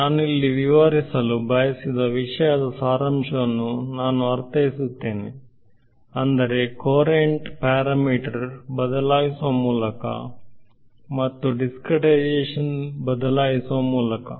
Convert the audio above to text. ನಾನು ಇಲ್ಲಿ ವಿವರಿಸಲು ಬಯಸಿದ ವಿಷಯದ ಸಾರಾಂಶವನ್ನು ನಾನು ಅರ್ಥೈಸುತ್ತೇನೆ ಅಂದರೆ ಕೊರಂಟ್ ಪ್ಯಾರಾಮೀಟರ್ ಬದಲಾಯಿಸುವ ಮೂಲಕ ಮತ್ತು ದಿಸ್ಕ್ರೇಟೈಸೇಶನ್ ಬದಲಾಯಿಸುವ ಮೂಲಕ